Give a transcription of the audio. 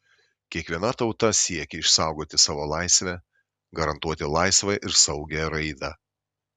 kiekviena tauta siekia išsaugoti savo laisvę garantuoti laisvą ir saugią raidą